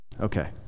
Okay